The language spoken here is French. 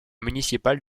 municipales